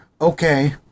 Okay